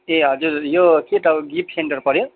ए हजुर के त गिफ्ट सेन्टर पर्यो